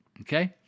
Okay